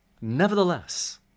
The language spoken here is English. Nevertheless